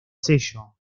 sello